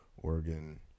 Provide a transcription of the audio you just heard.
oregon